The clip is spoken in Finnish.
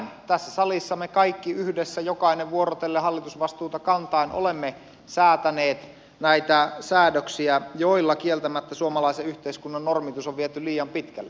tässä salissa me kaikki yhdessä jokainen vuorotellen hallitusvastuuta kantaen olemme säätäneet näitä säädöksiä joilla kieltämättä suomalaisen yhteiskunnan normitus on viety liian pitkälle